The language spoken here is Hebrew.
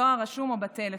בדואר רשום או בטלפון.